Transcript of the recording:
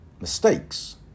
mistakes